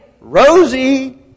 Rosie